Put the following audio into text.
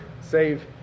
save